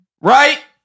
Right